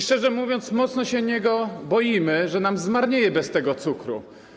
Szczerze mówiąc, mocno się o niego boimy, że nam zmarnieje bez tego cukru.